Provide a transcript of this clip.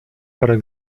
parę